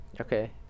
Okay